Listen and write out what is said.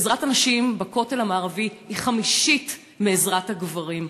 עזרת הנשים בכותל המערבי היא חמישית מעזרת הגברים,